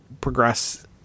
progress